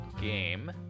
game